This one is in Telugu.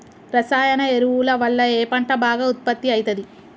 రసాయన ఎరువుల వల్ల ఏ పంట బాగా ఉత్పత్తి అయితది?